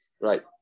right